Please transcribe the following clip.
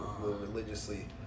religiously